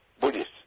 Buddhist